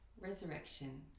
Resurrection